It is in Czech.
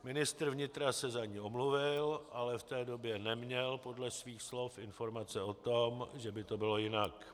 Ministr vnitra se za ni omluvil, ale v té době neměl podle svých slov informace o tom, že by to bylo jinak.